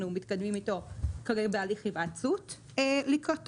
אנחנו מתקדמים איתו כרגע בהליך היוועצות לקראתו,